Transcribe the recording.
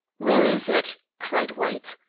where is it? cried white.